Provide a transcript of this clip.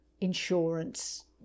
insurance